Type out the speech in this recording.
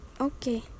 okay